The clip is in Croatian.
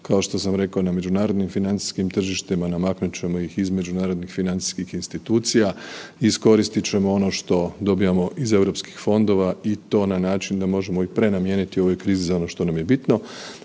kao što sam rekao na međunarodnim financijskim tržištima, namaknut ćemo ih iz međunarodnih financijskih institucija, iskoristit ćemo ono što dobivamo iz europskih fondova i to na način da možemo i prenamijeniti u ovoj krizi za ono što nam je bitno,